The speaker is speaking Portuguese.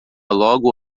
logo